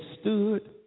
stood